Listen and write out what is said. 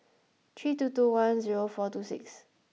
three two two one zero four two six